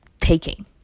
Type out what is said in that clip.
taking